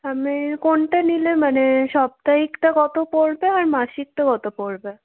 আমি কোনটা নিলে মানে সাপ্তাহিকটা কত পড়বে আর মাসিকটা কত পড়বে